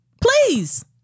Please